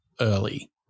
early